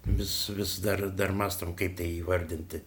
mes vis dar dar mąstom kaip tai įvardinti